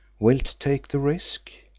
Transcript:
wilt take the risk?